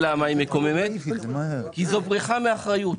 היא מקוממת משום שזו בריחה מאחריות.